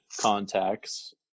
contacts